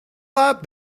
lot